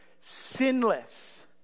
sinless